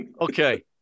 Okay